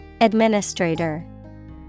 Administrator